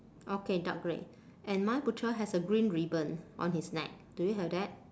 okay dark grey and my butcher has a green ribbon on his neck do you have that